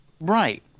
Right